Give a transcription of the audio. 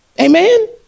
amen